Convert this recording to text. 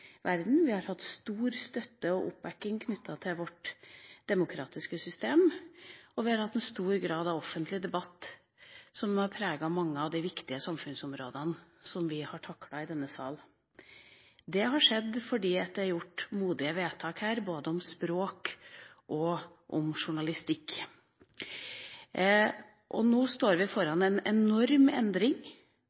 verden, vi har hatt stor støtte og oppbacking knyttet til vårt demokratiske system, og vi har hatt en stor grad av offentlig debatt som har preget mange av de viktige samfunnsområdene vi har taklet i denne sal. Det har skjedd fordi det er gjort modige vedtak her både om språk og om journalistikk. Nå står vi foran en enorm endring